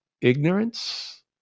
ignorance